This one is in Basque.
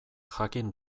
jakin